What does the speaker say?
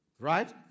Right